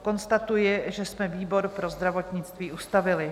Konstatuji, že jsme výbor pro zdravotnictví ustavili.